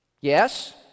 Yes